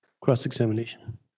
Cross-examination